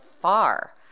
far